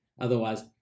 Otherwise